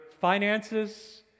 finances